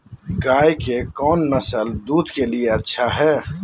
गाय के कौन नसल दूध के लिए अच्छा है?